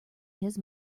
his